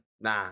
Nah